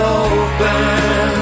open